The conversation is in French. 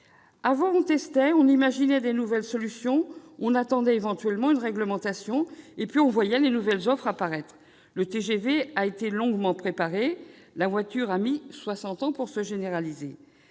Avant, on testait, on imaginait des nouvelles solutions, on attendait éventuellement une réglementation, puis on voyait les nouvelles offres apparaître : le TGV a été longuement préparé ; la voiture a mis soixante ans pour se généraliser.